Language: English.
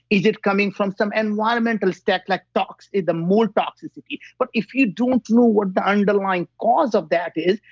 is it coming from some and environmental stack, like tox, the mold toxicity, but if you don't know what the underlying cause of that is,